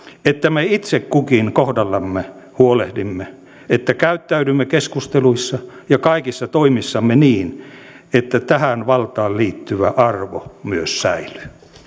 että me itse kukin kohdallamme huolehdimme että käyttäydymme keskusteluissa ja kaikissa toimissamme niin että tähän valtaan liittyvä arvo myös säilyy